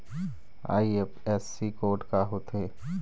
IFSC code का होथे?